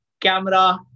camera